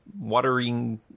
watering